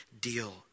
deal